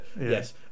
yes